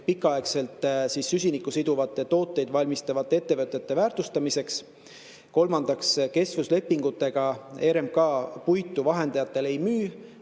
pikaaegselt süsinikku siduvaid tooteid valmistavate ettevõtete väärtustamiseks. Kolmandaks, kestvuslepingutega RMK puitu vahendajatele ei müü